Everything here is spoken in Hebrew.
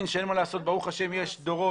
ולהבין שאין מה לעשות ברוך השם, יש דורות